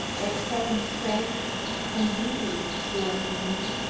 excelling strength and beauty joined in me,